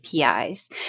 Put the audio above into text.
APIs